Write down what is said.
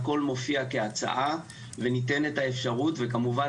הכל מופיע כהצעה וניתנת האפשרות וכמובן